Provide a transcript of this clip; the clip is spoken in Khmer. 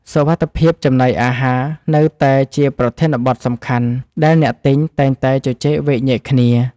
សុវត្ថិភាពចំណីអាហារនៅតែជាប្រធានបទសំខាន់ដែលអ្នកទិញតែងតែជជែកវែកញែកគ្នា។